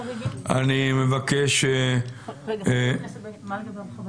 מה לגבי הרחבת